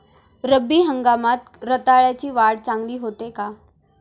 रब्बी हंगामात रताळ्याची वाढ चांगली होते का?